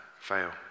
fail